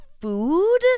food